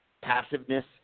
passiveness